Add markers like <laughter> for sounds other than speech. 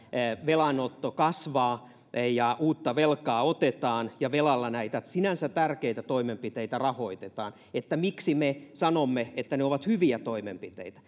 velanotto kasvaa ja uutta velkaa otetaan ja velalla näitä sinänsä tärkeitä toimenpiteitä rahoitetaan miksi me sanomme että ne ovat hyviä toimenpiteitä <unintelligible>